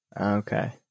Okay